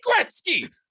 Gretzky